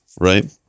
right